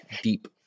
deep